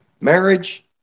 Marriage